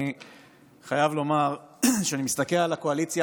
אני חייב לומר שאני מסתכל על הקואליציה